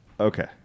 Okay